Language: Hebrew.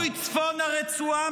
אל תפריע.